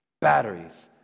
Batteries